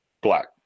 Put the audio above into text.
black